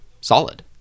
solid